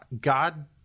God